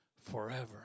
forever